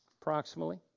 approximately